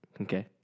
Okay